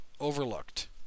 overlooked